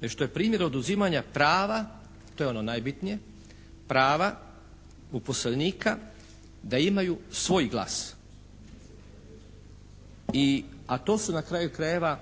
već to je primjer oduzimanja prava, to je ono najbitnije, prava uposlenika da imaju svoj glas. I a to su na kraju krajeva